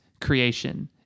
creation